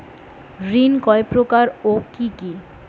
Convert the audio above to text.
ঋণ কয় প্রকার ও কি কি?